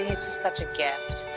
such a gift.